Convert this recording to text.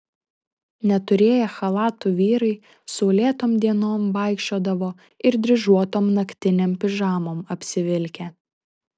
neturėję chalatų vyrai saulėtom dienom vaikščiodavo ir dryžuotom naktinėm pižamom apsivilkę